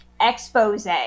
expose